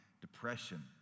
depression